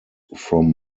from